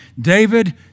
David